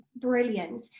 brilliant